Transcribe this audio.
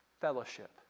fellowship